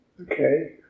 okay